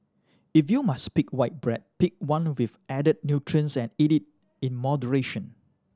if you must pick white bread pick one with added nutrients and eat it in moderation